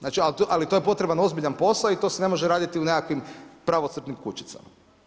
Znači, ali to je potreban ozbiljan posao i to se ne može raditi u nekakvim pravocrtnim kućicama.